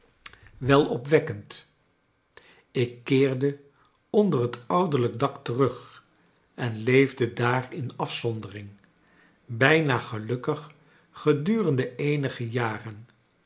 ik keerde onder het ouderlrjk dak terug en leefde daar in afzondering brjna gelukkig gedurende eenige jaren